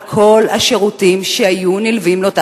אבל כל השירותים שהיו נלווים לאותה